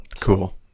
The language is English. Cool